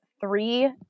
three